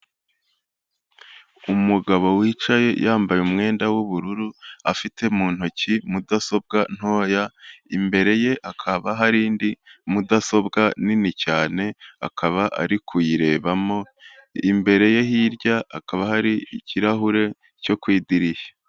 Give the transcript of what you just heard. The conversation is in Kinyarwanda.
Umugabo wicaye yambaye umwenda w'ubururu, afite mu ntoki mudasobwa ntoya, imbere ye hakaba hari indi mudasobwa nini cyane akaba ari kuyirebamo, imbere ye hirya hakaba hari ikirahure cyo ku idirishya.